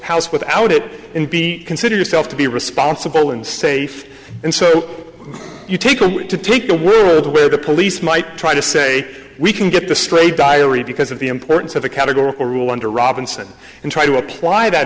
house without it and be consider yourself to be responsible and safe and so you take a moment to take the world where the police might try to say we can get the stray diary because of the importance of a categorical rule under robinson and try to apply that